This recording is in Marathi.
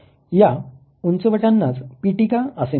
या उंचवट्यानाच पिटिका असे म्हणतात